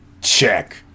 Check